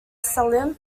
salem